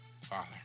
father